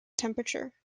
temperature